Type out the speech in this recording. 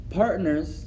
partners